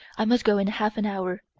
i must go in half an hour.